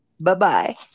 Bye-bye